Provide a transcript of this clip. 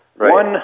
one